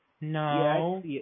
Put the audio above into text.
No